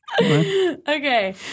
Okay